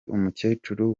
umukecuru